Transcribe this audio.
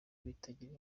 bitagira